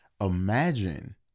imagine